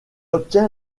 obtient